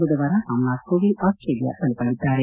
ಬುಧವಾರ ರಾಮನಾಥ್ ಕೋವಿಂದ್ ಆಸ್ಸೇಲಿಯಾ ತಲುಪಲಿದ್ದಾರೆ